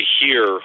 hear